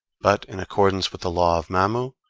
but in accordance with the law of mamu,